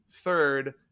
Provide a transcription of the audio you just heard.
third